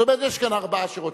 זאת אומרת, יש כאן ארבעה שרוצים.